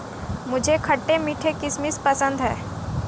मुझे खट्टे मीठे किशमिश पसंद हैं